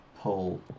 pull